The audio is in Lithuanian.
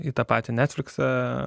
į tą patį netflixą